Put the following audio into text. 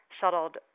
shuttled